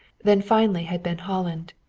then finally had been holland,